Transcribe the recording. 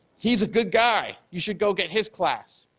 he's a good guy, you should go get his class,